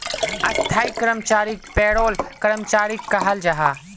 स्थाई कर्मचारीक पेरोल कर्मचारी कहाल जाहा